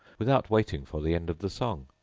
without waiting for the end of the song.